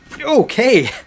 Okay